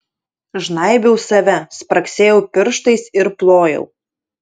žnaibiau save spragsėjau pirštais ir plojau